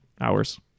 hours